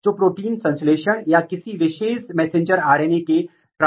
तो इस तरह के इंटरेक्शन को आनुवंशिक इंटरेक्शन कहा जाता है